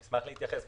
אני אשמח להתייחס.